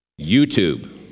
YouTube